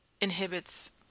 inhibits